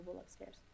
upstairs